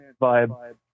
vibe